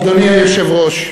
אדוני היושב-ראש,